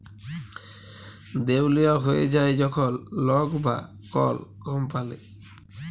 দেউলিয়া হঁয়ে যায় যখল লক বা কল কম্পালি